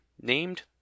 named